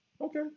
Okay